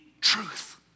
truth